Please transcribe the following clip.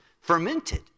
fermented